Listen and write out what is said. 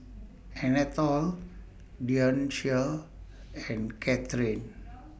Anatole Dionicio and Cathrine